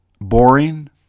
boring